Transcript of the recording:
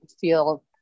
feel